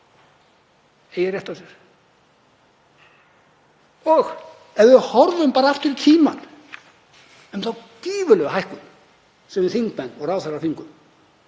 eigi rétt á sér. Og ef við horfum bara aftur í tímann á þá gífurlegu hækkun sem við þingmenn og ráðherrar fengum